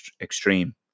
extreme